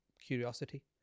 curiosity